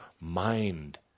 mind